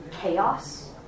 chaos